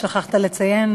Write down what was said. שכחת לציין,